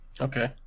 Okay